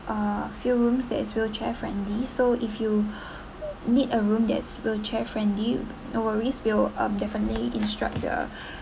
a few rooms that is wheelchair friendly so if you need a room that is wheelchair friendly no worries we'll um definitely instructor the